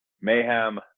mayhem